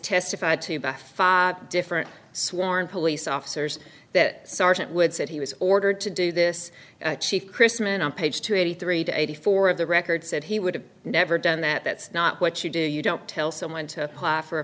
testified to by five different sworn police officers that sergeant wood said he was ordered to do this chief christman on page two eighty three to eighty four of the record said he would have never done that that's not what you do you don't tell someone to apply for a